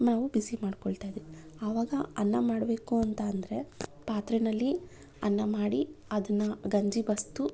ನಾವು ಬಿಸಿ ಮಾಡ್ಕೋಳ್ತಾ ಇದ್ವಿ ಆವಾಗ ಅನ್ನ ಮಾಡಬೇಕು ಅಂತ ಅಂದರೆ ಪಾತ್ರೆಯಲ್ಲಿ ಅನ್ನ ಮಾಡಿ ಅದನ್ನು ಗಂಜಿ ಬಸಿದು